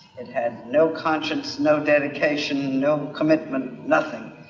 it had no conscience, no dedication, no commitment, nothing.